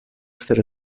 essere